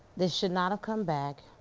this should not have come back.